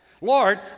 Lord